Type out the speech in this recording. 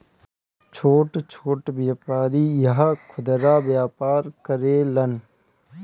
छोट छोट व्यापारी इहा खुदरा व्यापार करेलन